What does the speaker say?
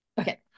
Okay